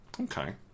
okay